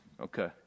Okay